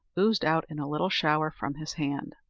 oozed out in a little shower from his hand.